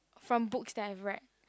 from books that I've read